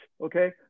okay